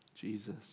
Jesus